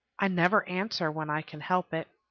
i never answer when i can help it.